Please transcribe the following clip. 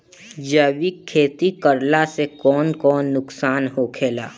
जैविक खेती करला से कौन कौन नुकसान होखेला?